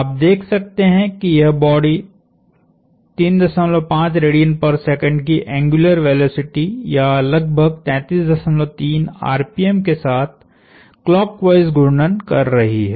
आप देख सकते हैं कि यह बॉडीकी एंग्युलर वेलोसिटी या लगभग 333 आरपीएम के साथ क्लॉकवाइस घूर्णन कर रही है